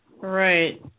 Right